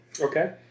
Okay